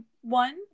one